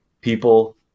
people